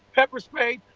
pepper sprayed,